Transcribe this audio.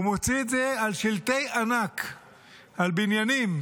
הוא מוציא את זה על שלטי ענק על בניינים,